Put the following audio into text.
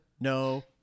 no